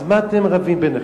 אז מה אתם רבים ביניכם?